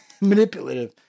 manipulative